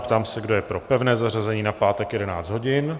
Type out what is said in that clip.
Ptám se, kdo je pro pevné zařazení na pátek v 11 hodin?